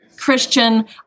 Christian